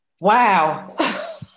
Wow